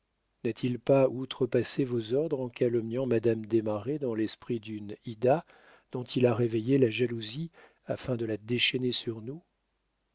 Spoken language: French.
n'a-t-il pas outre passé vos ordres en calomniant madame desmarets dans l'esprit d'une ida dont il a réveillé la jalousie afin de la déchaîner sur nous